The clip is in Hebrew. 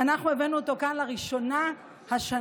ואנחנו הבאנו אותו כאן לראשונה השנה.